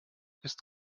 ist